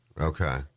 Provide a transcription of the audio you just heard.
Okay